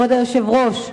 כבוד היושב-ראש,